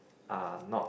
are not